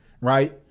right